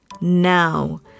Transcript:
Now